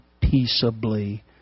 peaceably